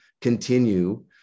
continue